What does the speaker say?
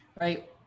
right